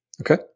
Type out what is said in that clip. Okay